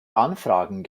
anfragen